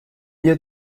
ihr